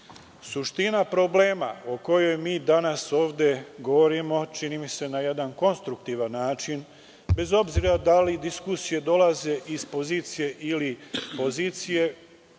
problema o kojoj mi danas ovde govorimo, čini mi se na jedan konstruktivan način, bez obzira da li diskusije dolaze iz pozicije ili opozicije,